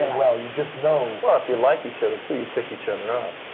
and well, you just know. well if you like each other, too, you pick each other up,